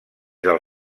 del